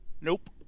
nope